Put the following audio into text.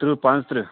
تٕرٛہ پانٛژٕ تٕرٛہ